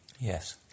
Yes